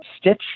stitch